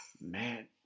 Man